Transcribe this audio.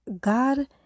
God